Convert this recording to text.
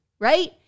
right